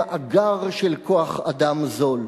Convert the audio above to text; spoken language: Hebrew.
למאגר של כוח-אדם זול.